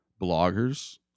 bloggers